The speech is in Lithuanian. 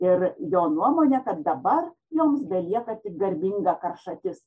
ir jo nuomone kad dabar joms belieka tik garbinga karšatis